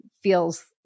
feels